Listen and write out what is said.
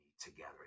Together